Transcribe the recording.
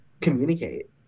Communicate